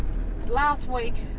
last week,